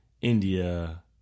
India